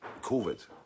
COVID